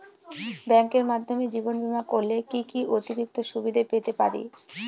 ব্যাংকের মাধ্যমে জীবন বীমা করলে কি কি অতিরিক্ত সুবিধে পেতে পারি?